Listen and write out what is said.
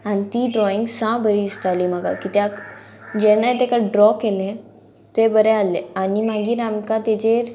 आनी ती ड्रॉइंग सा बरी दिसताली म्हाका कित्याक जेन्नाय तेका ड्रॉ केले ते बरे आहले आनी मागीर आमकां तेजेर